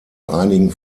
einigen